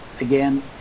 again